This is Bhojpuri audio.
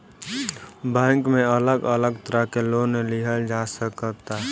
बैक में अलग अलग तरह के लोन लिहल जा सकता